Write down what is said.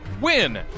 win